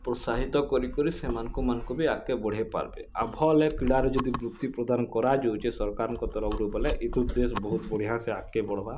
ପ୍ରୋତ୍ସାହିତ କରି କରି ସେମାନଙ୍କୁ ଏମାନଙ୍କୁ ବି ଆଗ୍କେ ବଢ଼େଇ ପାର୍ବେ ଆଉ ଭଲ୍ ଏ କ୍ରୀଡ଼ାରୁ ଯଦି ବୃତ୍ତି ପ୍ରଦାନ କରା ଯଉଛେ ସରକାରଙ୍କ ତରଫରୁ ବୋଲେ ଏଥି ଉଦ୍ୟେଶ ବହୁତ୍ ବଢ଼ିଆ ସେ ଆଗ୍କେ ବଢ଼ବା